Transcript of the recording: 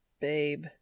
Babe